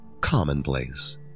commonplace